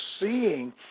seeing